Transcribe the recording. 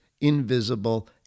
invisible